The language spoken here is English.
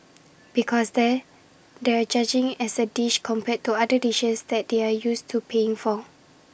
because there they're judging as A dish compared to other dishes that they're used to paying for